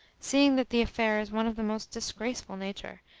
seeing that the affair is one of the most disgraceful nature,